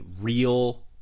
real